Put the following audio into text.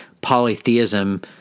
polytheism